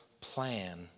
plan